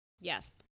Yes